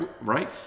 right